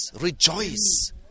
rejoice